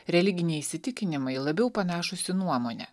religiniai įsitikinimai labiau panašūs į nuomonę